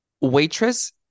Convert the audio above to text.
Waitress